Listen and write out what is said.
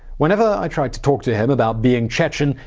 whenever i tried to talk to him about being chechen,